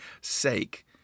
sake